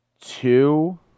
two